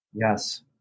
Yes